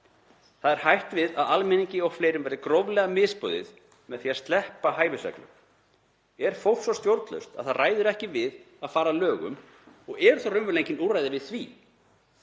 Það er hætt við að almenningi og fleirum verði gróflega misboðið með því að sleppa hæfisreglunum. Er fólk svo stjórnlaust að það ræður ekki við að fara að lögum og eru þá raunverulega engin úrræði við því?